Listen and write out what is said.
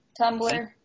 Tumblr